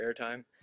airtime